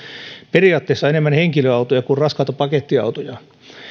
periaatteessa enemmän henkilöautoja kuin raskaita pakettiautoja